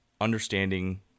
understanding